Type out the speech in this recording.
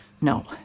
No